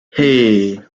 hey